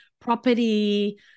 property